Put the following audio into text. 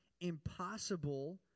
impossible